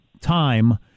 time